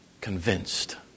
convinced